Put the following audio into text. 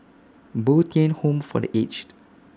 Bo Tien Home For The Aged